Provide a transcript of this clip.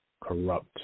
corrupt